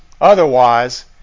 Otherwise